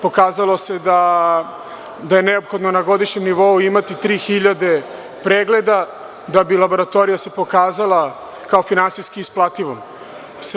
Pokazalo se da je neophodno na godišnjem nivou imati 3.000 pregleda da bi laboratorija se pokazala kao finansijski isplativom.